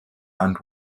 and